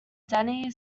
danny